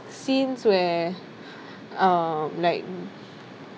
scenes where um like